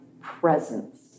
presence